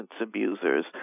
abusers